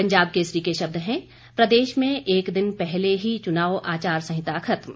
पंजाब केसरी के शब्द हैं प्रदेश में एक दिन पहले ही चुनाव आचार संहिता खत्म